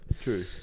True